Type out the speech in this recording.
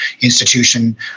institution